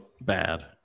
bad